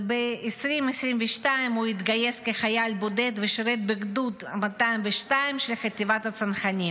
וב-2022 הוא התגייס כחייל בודד ושירת בגדוד 202 של חטיבת הצנחנים.